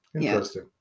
interesting